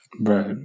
Right